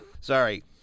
Sorry